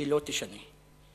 שלא תישנה".